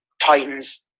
Titans